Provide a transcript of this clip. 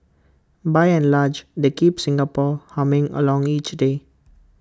by and large they keep Singapore humming along each day